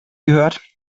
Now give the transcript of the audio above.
gehört